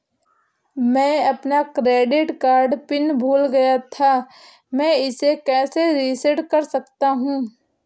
मैं अपना credit card pin भूल गया था मैं इसे कैसे रीसेट कर सकता हूँ?